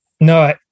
No